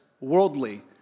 worldly